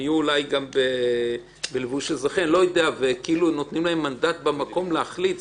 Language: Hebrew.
שיהיו אולי גם בלבוש אזרחי ונותנים להם מנדט במקום להחליט.